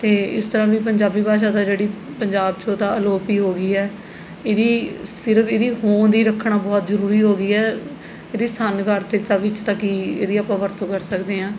ਅਤੇ ਇਸ ਤਰ੍ਹਾਂ ਵੀ ਪੰਜਾਬੀ ਭਾਸ਼ਾ ਤਾਂ ਜਿਹੜੀ ਪੰਜਾਬ 'ਚੋਂ ਤਾਂ ਅਲੋਪ ਹੀ ਹੋ ਗਈ ਹੈ ਇਹਦੀ ਸਿਰਫ਼ ਇਹਦੀ ਹੋਂਦ ਹੀ ਰੱਖਣਾ ਬਹੁਤ ਜ਼ਰੂਰੀ ਹੋ ਗਈ ਹੈ ਇਹਦੀ ਸਥਾਨਕ ਆਰਥਿਕਤਾ ਵਿੱਚ ਤਾਂ ਕੀ ਇਹਦੀ ਆਪਾਂ ਵਰਤੋਂ ਕਰ ਸਕਦੇ ਹਾਂ